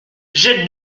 j’ai